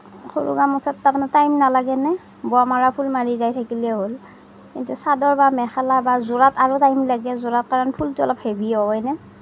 সৰু গামোচাত তাৰ মানে টাইম নালাগে ন ব মাৰা ফুল মাৰি গৈ থাকিলেই হ'ল কিন্তু চাদৰ বা মেখেলা বা যোৰাত আৰু টাইম লাগে যোৰাত কাৰণ ফুলটো অলপ হেভি হয় ন